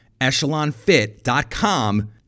echelonfit.com